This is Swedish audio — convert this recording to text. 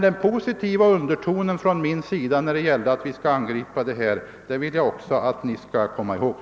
Jag vill emellertid också på nytt ange min inställning till åtgärder i detta avseende.